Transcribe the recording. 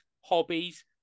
hobbies